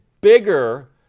bigger